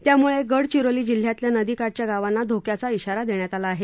त्यामुळे गडचिरोली जिल्ह्यातल्या नदी काठच्या गावांना धोक्याचा शिरादेण्यात आला आहे